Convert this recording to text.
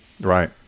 Right